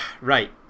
Right